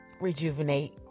rejuvenate